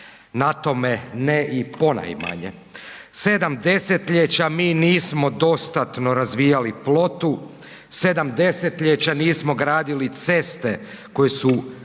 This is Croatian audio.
na tome ne i ponajmanje. Sedam desetljeća mi nismo dostatno razvijali flotu, sedam desetljeća nismo gradili ceste koje su